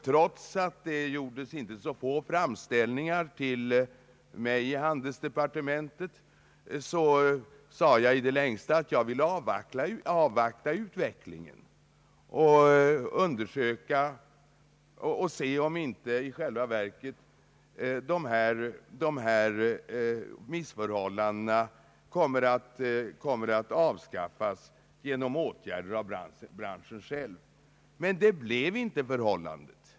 Trots att det gjordes inte så få framställningar till mig i handelsdepartementet sade jag i det längsta att jag ville avvakta utvecklingen och se om inte de här missförhållandena i själva verket kom att undanröjas genom åtgärder av branschen själv. Men det blev inte fallet.